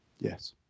Yes